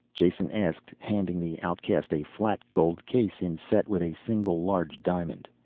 jason asked, handing the outcast a flat gold case inset with a single large diamond.